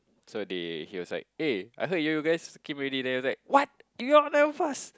so they he was like eh I heard you guys came already then he was like what you all never fast